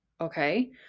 Okay